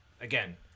again